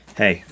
hey